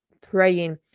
praying